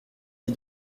dix